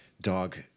dog